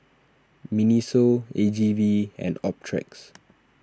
Miniso A G V and Optrex